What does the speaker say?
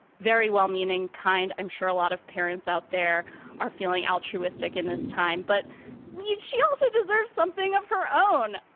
very well-meaning, kind. i'm sure a lot of parents out there are feeling altruistic in this time. but yeah she also deserves something of her own.